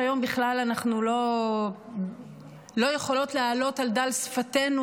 שהיום בכלל אנחנו לא יכולות להעלות על דל שפתינו,